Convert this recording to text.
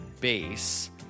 base